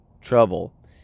trouble